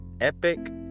epic